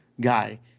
guy